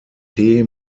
tee